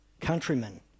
countrymen